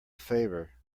favor